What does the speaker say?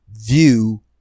view